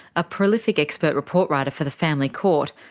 a prolific expert report writer for the family court,